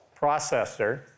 processor